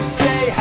say